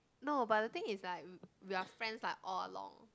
no but the thing is like we are friends like all along